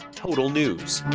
total news.